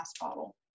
bottle